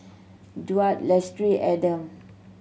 Daud Lestari Adam